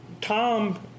Tom